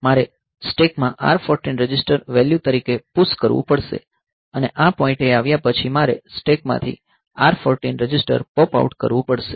મારે સ્ટેકમાં R 14 register value તરીકે પુશ કરવું પડશે અને આ પોઈન્ટ એ આવ્યા પછી મારે સ્ટેકમાંથી R 14 રજિસ્ટર પૉપઆઉટ કરવું પડશે